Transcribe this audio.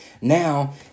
Now